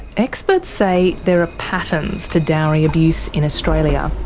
experts say there are patterns to dowry abuse in australia.